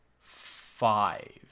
five